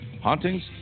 hauntings